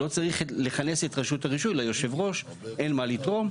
לא צריך לכנס את רשות הרישוי, ליו"ר אין מה לתרום.